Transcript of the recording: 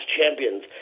champions